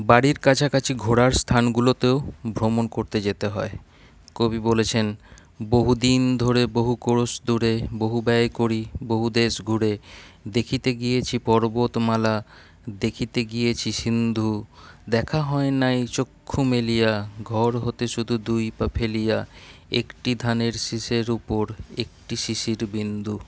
বাড়ির কাছাকাছি ঘোরার স্থানগুলোতেও ভ্রমণ করতে যেতে হয় কবি বলেছেন বহু দিন ধরে বহু ক্রোশ দূরে বহু ব্যয় করি বহু দেশ ঘুরে দেখিতে গিয়েছি পর্বতমালা দেখিতে গিয়েছি সিন্ধু দেখা হয় নাই চক্ষু মেলিয়া ঘর হতে শুধু দুই পা ফেলিয়া একটি ধানের শীষের উপর একটি শিশির বিন্দু